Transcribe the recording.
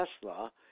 Tesla